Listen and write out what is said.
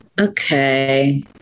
okay